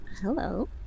Hello